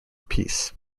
peace